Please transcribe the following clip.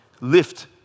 lift